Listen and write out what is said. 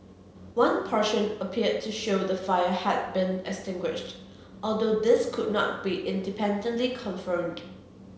one portion appeared to show the fire had been extinguished although this could not be independently confirmed